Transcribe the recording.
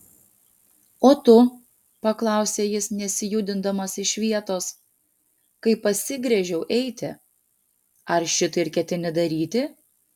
o tu paklausė jis nesijudindamas iš vietos kai pasigręžiau eiti ar šitai ir ketini daryti